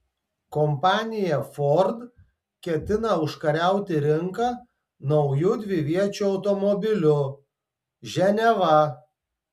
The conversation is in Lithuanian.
kompanija ford ketina užkariauti rinką nauju dviviečiu automobiliu ženeva